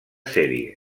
sèrie